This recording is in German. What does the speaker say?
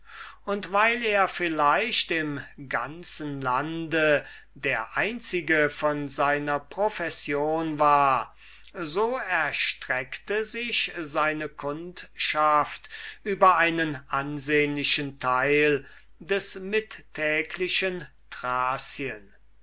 und weil er vielleicht im ganzen lande der einzige von seiner profession war so erstreckte sich seine kundschaft über einen ansehnlichen teil des mittäglichen